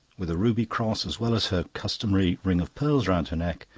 with a ruby cross as well as her customary string of pearls round her neck,